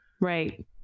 Right